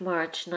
March